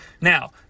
Now